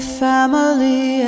family